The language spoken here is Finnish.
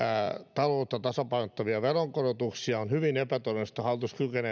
taloutta tasapainottavia veronkorotuksia ja kun on hyvin epätodennäköistä että hallitus